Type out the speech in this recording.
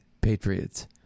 patriots